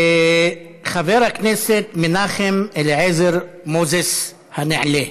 חבר הכנסת מנחם אליעזר מוזס הנעלה,